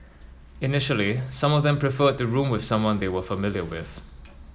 initially some of them preferred to room with someone they were familiar with